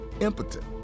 impotent